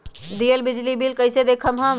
दियल बिजली बिल कइसे देखम हम?